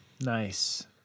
Nice